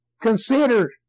consider